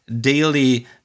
daily